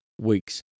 weeks